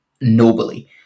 nobly